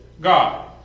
God